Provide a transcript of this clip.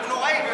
הוא נוראי.